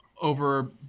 over